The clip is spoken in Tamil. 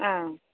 ஆ